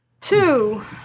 Two